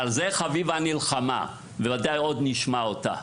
על זה חביבה נלחמה, ובוודאי עוד נשמע אותה.